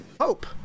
Hope